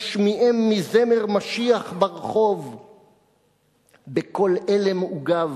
השמיעם מזמר משיח ברחוב,/ בקול עלם עוגב!